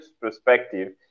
perspective